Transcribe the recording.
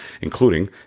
including